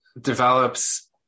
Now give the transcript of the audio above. develops